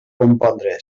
compondre